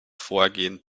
vorgehen